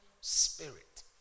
spirit